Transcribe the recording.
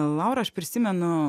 laura aš prisimenu